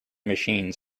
machines